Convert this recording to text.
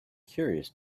curious